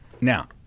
Now